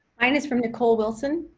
mine is from nicole wilson.